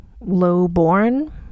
low-born